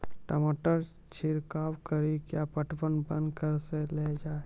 टमाटर छिड़काव कड़ी क्या पटवन बंद करऽ लो जाए?